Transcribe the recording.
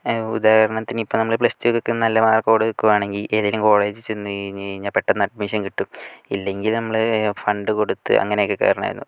ആ ഉദാഹരണത്തിന് ഇപ്പം നമ്മൾ പ്ലസ് ടുക്കൊക്കെ നല്ല മാർക്കോടെ നിൽക്കുകയാണെങ്കിൽ ഏതെങ്കിലും കോളേജിൽ ചെന്ന് കഴിഞ്ഞ് കഴിഞ്ഞാൽ പെട്ടെന്ന് അഡ്മിഷൻ കിട്ടും ഇല്ലെങ്കിൽ നമ്മൾ ഫണ്ട് കൊടുത്ത് അങ്ങനെയൊക്കെ കയറണമായിരുന്നു